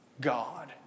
God